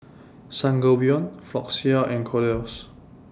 Sangobion Floxia and Kordel's